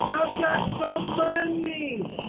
i've got some mon-ey!